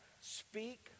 speak